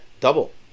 double